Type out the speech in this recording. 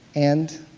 and